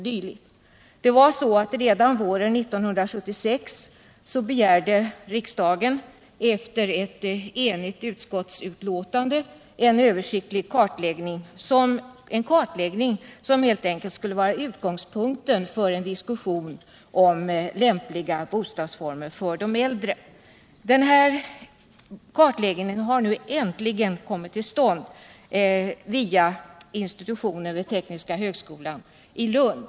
Redan år 1976 begärde riksdagen i enlighet med ett enhälligt utskottsbetänkande en översiktlig kartläggning, som skulle vara utgångspunkten för en diskussion cm lämpliga bostadsformer för de äldre. Denna kartläggning har nu äntligen kommit till stånd via sektionen för arkitektur vid Tekniska högskolan i Lund.